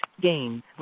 games